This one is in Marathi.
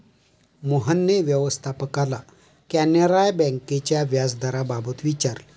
मोहनने व्यवस्थापकाला कॅनरा बँकेच्या व्याजदराबाबत विचारले